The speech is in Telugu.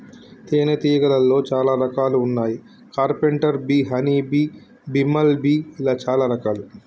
తేనే తీగలాల్లో చాలా రకాలు వున్నాయి carpenter bee honey bee, bumble bee ఇలా చాలా రకాలు